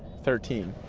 thirteen?